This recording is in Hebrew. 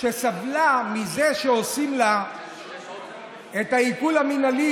שסבלה מזה שעושים לה את העיקול המינהלי,